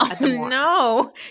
no